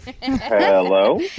Hello